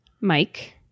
Mike